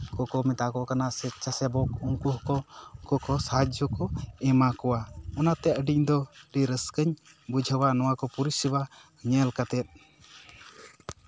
ᱠᱚᱠᱚ ᱢᱮᱛᱟ ᱠᱚ ᱠᱟᱱᱟ ᱥᱮᱪᱪᱷᱟ ᱥᱮᱵᱚᱱ ᱩᱱᱠᱩ ᱦᱚᱸ ᱠᱚ ᱩᱱᱠᱩ ᱠᱚ ᱥᱟᱦᱟᱡᱽᱡᱚ ᱠᱚ ᱮᱢᱟ ᱠᱚᱣᱟ ᱚᱱᱟᱛᱮ ᱟᱹᱰᱤ ᱤᱧ ᱫᱚ ᱟᱹᱰᱤ ᱨᱟᱹᱥᱠᱟᱹᱧ ᱵᱩᱡᱷᱟᱹᱣᱟ ᱱᱚᱣᱟ ᱠᱚ ᱯᱚᱨᱤᱥᱮᱵᱟ ᱧᱮᱞ ᱠᱟᱛᱮᱜ